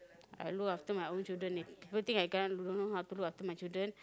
I look after my own children eh good thing I can don't know how to look after my children